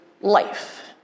life